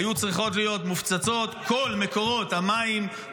היו צריכות להיות מופצצים כל מקורות המים,